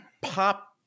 pop